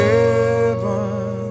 Heaven